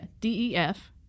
D-E-F